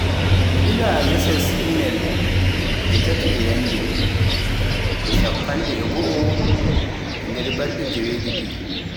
e mi lila meses emai nde taati e yannde, nde shappanɗe goo e nder balɗe jeewe ɗiɗi.